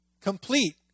complete